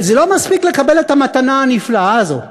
אבל זה לא מספיק לקבל את המתנה הנפלאה הזאת.